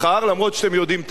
אפילו שהם יודעים את האמת,